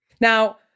Now